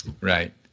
Right